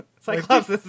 Cyclops